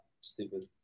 stupid